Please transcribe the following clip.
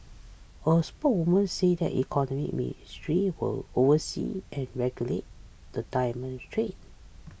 a spokeswoman says that the Economy Ministry will oversee and regulate the diamond trade